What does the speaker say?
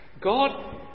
God